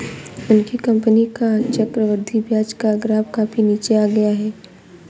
उनकी कंपनी का चक्रवृद्धि ब्याज का ग्राफ काफी नीचे आ गया है